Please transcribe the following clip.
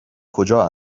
کجا